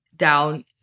down